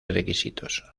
requisitos